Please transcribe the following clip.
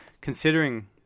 considering